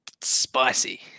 spicy